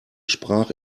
sprach